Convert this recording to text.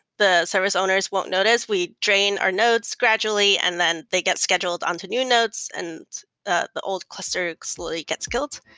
the service owners won't notice. we train our nodes gradually and then they get scheduled on to new nodes and ah the old cluster slowly gets killed.